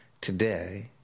today